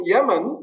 Yemen